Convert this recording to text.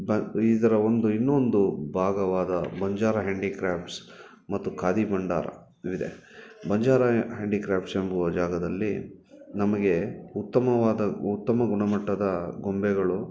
ಇದರ ಒಂದು ಇನ್ನೊಂದು ಭಾಗವಾದ ಬಂಜಾರ ಹ್ಯಾಂಡಿಕ್ರಾಫ್ಟ್ಸ್ ಮತ್ತು ಖಾದಿ ಭಂಡಾರ ಇದೆ ಬಂಜಾರ ಹ್ಯಾಂಡಿಕ್ರಾಫ್ಟ್ಸ್ ಎಂಬುವ ಜಾಗದಲ್ಲಿ ನಮಗೆ ಉತ್ತಮವಾದ ಉತ್ತಮ ಗುಣಮಟ್ಟದ ಗೊಂಬೆಗಳು